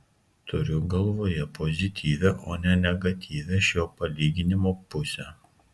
turiu galvoje pozityvią o ne negatyvią šio palyginimo pusę